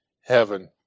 heaven